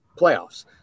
playoffs